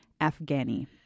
Afghani